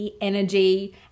energy